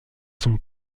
son